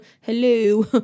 hello